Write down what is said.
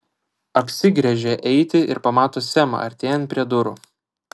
apsigręžia eiti ir pamato semą artėjant prie durų